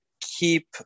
keep